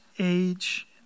Age